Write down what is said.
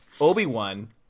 Obi-Wan